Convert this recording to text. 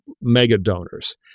mega-donors